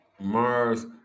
Mars